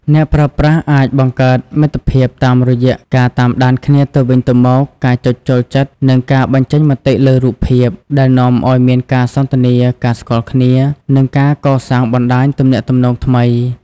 អ្នកប្រើប្រាស់អាចបង្កើតមិត្តភាពតាមរយៈការតាមដានគ្នាទៅវិញទៅមក ការចុចចូលចិត្ត និងការបញ្ចេញមតិលើរូបភាព ដែលនាំឱ្យមានការសន្ទនា ការស្គាល់គ្នា និងការកសាងបណ្ដាញទំនាក់ទំនងថ្មី។